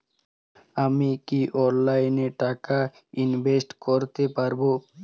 আমি কি অনলাইনে টাকা ইনভেস্ট করতে পারবো?